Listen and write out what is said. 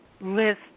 list